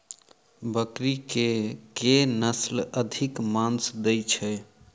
बकरी केँ के नस्ल अधिक मांस दैय छैय?